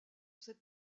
cette